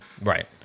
Right